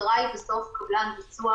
המשטרה היא בסוף קבלן ביצוע,